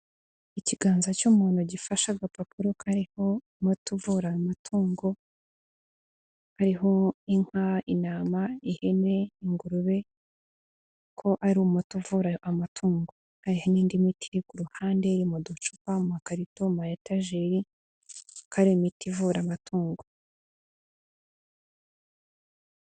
Ikiganza cy'umuntu gifashe agapapuro kariho umuti uvura amatungo, hariho inka, intama, ihene, ingurube, ko ari umuti uvura amatungo n'indi miti iri ku ruhande iri mu ducupa, amakarito ama etajeri hari imiti ivura amatungo.